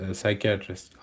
psychiatrist